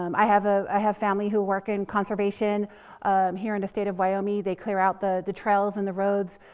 um i have, ah i have family who work in conservation here in the state of wyoming. they clear out the, the trails and the roads,